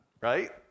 right